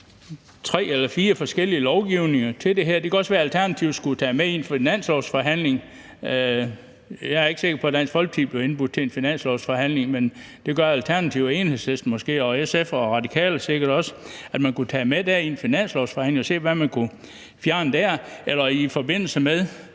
tre eller fire forskellige lovgivninger. Det kunne også være, at Alternativet skulle tage det med i en finanslovsforhandling. Jeg er ikke sikker på, at Dansk Folkeparti bliver indbudt til en finanslovsforhandling, men det gør Alternativet og Enhedslisten måske og sikkert også SF og De Radikale. Så kunne man tage det med i en finanslovsforhandling og se, hvad man kunne fjerne der. Eller man kunne gøre